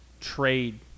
trade